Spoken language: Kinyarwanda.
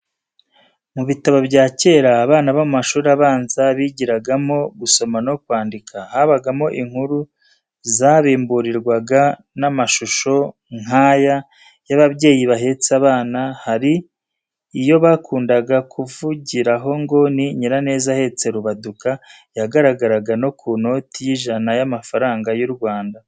Mu bitabo bya kera abana bo mu mashuri abanza bigiragamo gusoma no kwandika, habagamo inkuru zabimburirwaga n'amashusho nk'aya y'ababyeyi bahetse abana, hari iyo bakundaga kuvugiraho ngo ni Nyiraneza ahetse Rubaduka, yagaragaraga no ku noti y'ijana y'amafaranga y'u Rwanda.